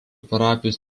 parapijos